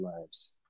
lives